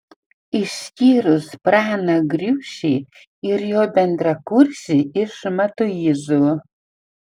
išskyrus praną griušį ir jo bendrakursį iš matuizų